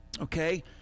Okay